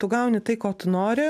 tu gauni tai ko tu nori